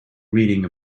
reading